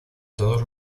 todos